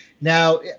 Now